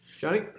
Johnny